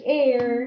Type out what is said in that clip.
air